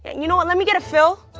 you know what? let me get fill.